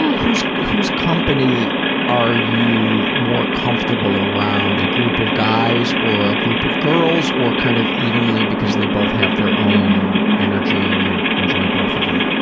whose whose company are you more comfortable around? a group of guys or ah group of girls or kind of evenly because they both have their own energy and you enjoy both of them?